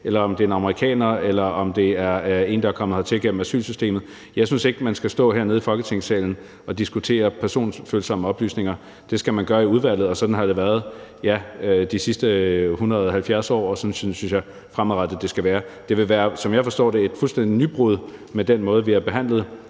det i dag er en amerikaner, eller om det er en, der er kommet hertil gennem asylsystemet. Jeg synes ikke, man skal stå hernede i Folketingssalen og diskutere personfølsomme oplysninger, det skal man gøre i udvalget, og sådan har det været de sidste 170 år, og sådan synes jeg også det fremadrettet skal være. Som jeg forstår det, vil det være et fuldstændig nybrud med den måde, vi har behandlet